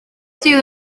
sydd